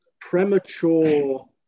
premature